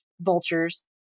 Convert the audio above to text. vultures